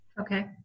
Okay